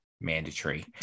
mandatory